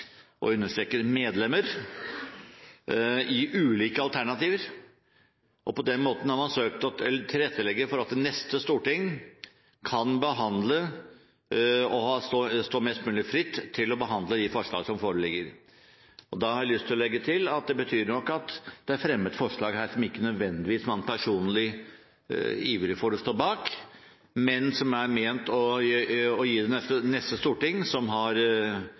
understreker medlemmer, med ulike alternativer. På den måten har man søkt å tilrettelegge for at det neste storting kan stå mest mulig fritt til å behandle de forslag som foreligger. Da har jeg lyst til å legge til at det betyr nok at det er fremmet forslag her som man ikke nødvendigvis personlig ivrer for og står bak, men som er ment å gi det neste storting, som har